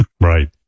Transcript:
Right